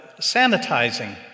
sanitizing